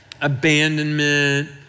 abandonment